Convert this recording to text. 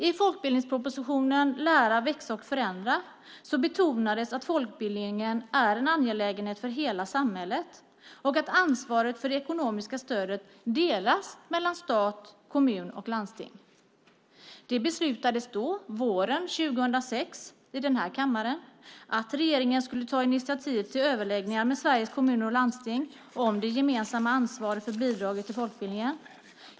I folkbildningspropositionen Lära, växa, förändra betonades att folkbildningen är en angelägenhet för hela samhället och att ansvaret för det ekonomiska stödet delas mellan stat, kommuner och landsting. Det beslutades i denna kammare då, våren 2006, att regeringen skulle ta initiativ till överläggningar med Sveriges Kommuner och Landsting om det gemensamma ansvaret för bidraget till folkbildningen.